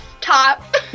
top